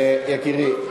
יקירי,